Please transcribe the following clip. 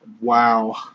Wow